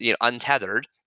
untethered